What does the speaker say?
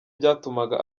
byatumaga